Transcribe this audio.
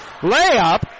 Layup